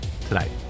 tonight